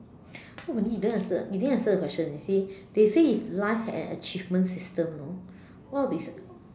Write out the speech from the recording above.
no but then you didn't answer you didn't answer the question you see they say if life had an achievement system you know what will be